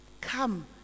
come